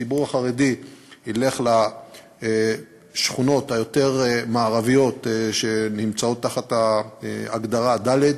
הציבור החרדי ילך לשכונות היותר-מערביות שנמצאות תחת ההגדרה ד',